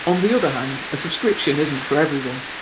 on the other hand, a subscription isn't for everyone.